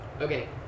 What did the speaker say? Okay